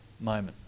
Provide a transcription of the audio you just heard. moment